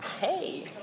hey